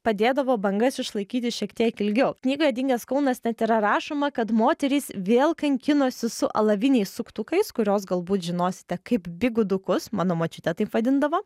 padėdavo bangas išlaikyti šiek tiek ilgiau knygoje dingęs kaunas net yra rašoma kad moterys vėl kankinosi su alaviniais suktukais kuriuos galbūt žinosite kaip bigudukus mano močiutė taip vadindavo